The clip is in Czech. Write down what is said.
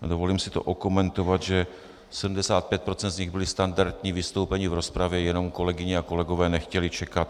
A dovolím si to okomentovat, že 75 % z nich byla standardní vystoupení v rozpravě, jenom kolegyně a kolegové nechtěli čekat.